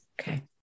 Okay